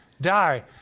die